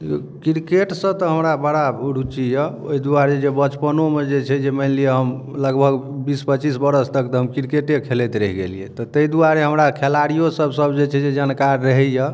cricket सऽ तऽ हमरा बड़ा रुचि यऽ ओहि दुआरे जे बचपनोमे जे छै मानि लिअ हम लगभग बीस पच्चीस बरस तक तऽ हम क्रिकेटे खेलैत रहि गेलियै तऽ ताहि दुआरे हमरा खेलाड़ियो सब सब जे छै जे जानकार रहैया